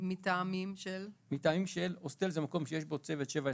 מטעמים של --- הוסטל זה מקום שיש בו צוות 24/7,